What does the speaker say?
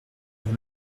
vous